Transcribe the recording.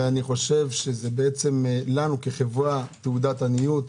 לנו כחברה זה תעודת עניות.